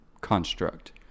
construct